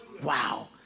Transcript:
Wow